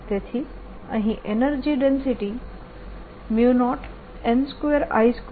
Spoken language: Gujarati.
તેથી અહીં એનર્જી ડેન્સિટી 0n2I22 થશે